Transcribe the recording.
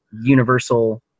universal